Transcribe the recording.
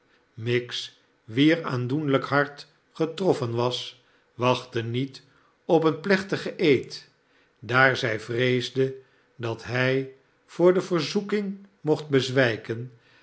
miggs wier aandoenlijk hart getroffen was wachtte niet op een plechtigen eed daar zij vreesde dat hij voor de verzoeking mocht bezwijken